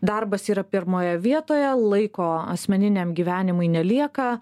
darbas yra pirmoje vietoje laiko asmeniniam gyvenimui nelieka